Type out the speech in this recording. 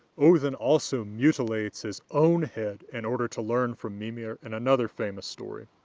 odinn also mutilates his own head in order to learn from mimir in another famous story.